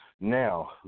Now